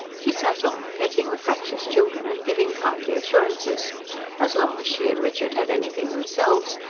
she sat on, petting the fractious children and giving kindly assurances as long as she and richard had anything themselves,